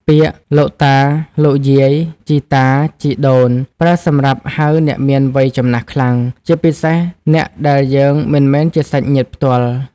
ពាក្យ លោកតា លោកយាយ ជីតា ជីដូន ប្រើសម្រាប់ហៅអ្នកមានវ័យចំណាស់ខ្លាំង ជាពិសេសអ្នកដែលយើងមិនមែនជាសាច់ញាតិផ្ទាល់។